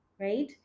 right